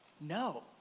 No